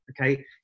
Okay